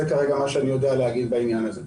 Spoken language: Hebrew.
כרגע זה מה שאני יודע להגיד בעניין הזה.